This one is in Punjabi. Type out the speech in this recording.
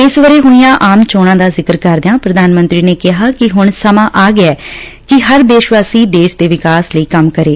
ਇਸ ਵਰ੍੍ ਹੋਈਆਂ ਆਮ ਚੋਣਾਂ ਦਾ ਜ਼ਿਕਰ ਕਰਦਿਆਂ ਪ੍ਰਧਾਨਮੰਤਰੀ ਨੇ ਕਿਹਾ ਕਿ ਹੁਣ ਸਮਾਂ ਆ ਗਿਐ ਕਿ ਹਰ ਦੇਸ਼ਵਾਸੀ ਦੇਸ਼ ਦੇ ਵਿਕਸਾ ਲਈ ਕੰਮ ਕਰੇ